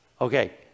Okay